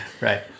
Right